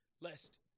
lest